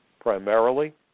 primarily